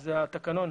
שזה התקנון?